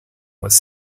was